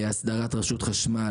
אסדרת רשות החשמל,